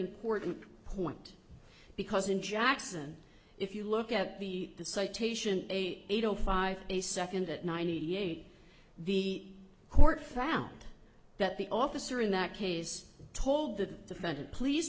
important point because in jackson if you look at the citation eighty eight zero five a second at ninety eight the court found that the officer in that case told the defendant please